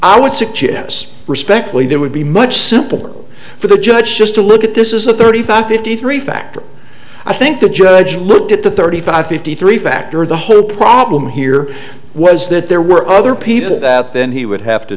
i would suggest respectfully that would be much simpler for the judge just to look at this is a thirty five fifty three factor i think the judge looked at the thirty five fifty three factor the whole problem here was that there were other people that then he would have to